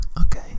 Okay